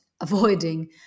avoiding